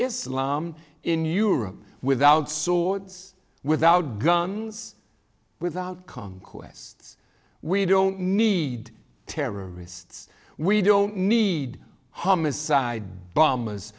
islam in europe without saud's without guns without conquest we don't need terrorists we don't need homicide bombers